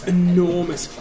enormous